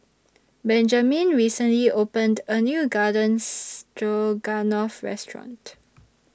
Benjamine recently opened A New Garden Stroganoff Restaurant